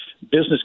Business